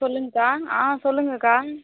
சொல்லுங்கக்கா ஆ சொல்லுங்கக்கா